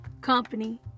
company